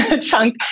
chunk